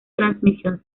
transmisión